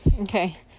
Okay